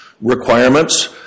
requirements